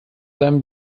seinem